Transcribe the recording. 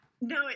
no